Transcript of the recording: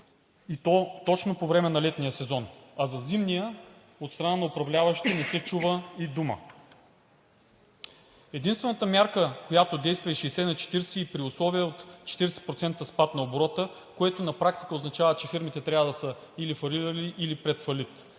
и то точно по време на летния сезон, а за зимния – от страна на управляващите, не се чува и дума. Единствената мярка, която действа, е 60/40, при условия от 40% спад на оборота, което на практика означава, че фирмите трябва или да са фалирали, или пред фалит,